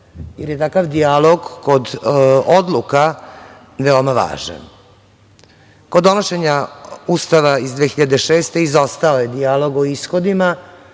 jer je takav dijalog kod odluka veoma važan. Kod donošenja Ustava iz 2006. godine izostao je dijalog o ishodima